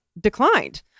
declined